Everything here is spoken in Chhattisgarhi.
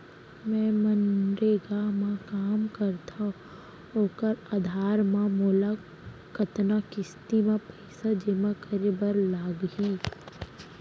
मैं मनरेगा म काम करथो, ओखर आधार म मोला कतना किस्ती म पइसा जेमा करे बर लागही?